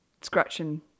scratching